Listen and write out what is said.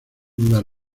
lugar